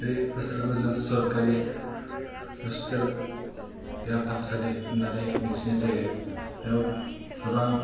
बे हस्पिटाला दा जों सरखारि हस्पिटाल देहा फाहामसालि होननानै मिन्थिनाय जायो बेयाव गोबां